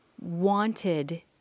wanted